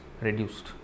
reduced